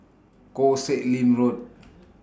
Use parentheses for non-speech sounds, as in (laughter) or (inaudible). Koh Sek Lim Road (noise)